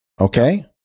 Okay